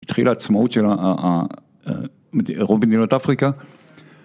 התחילה עצמאות של רוב מדינות אפריקה.